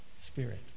spirit